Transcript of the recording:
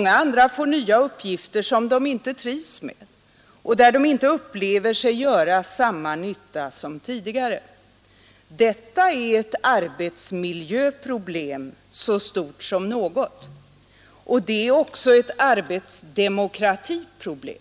Andra får nya uppgifter som de inte trivs med och där de inte upplever sig göra samma nytta som tidigare. Detta är ett arbetsmiljöproblem så stort som något. Och det är också ett arbetsdemokratiproblem.